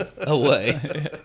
away